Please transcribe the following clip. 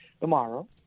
tomorrow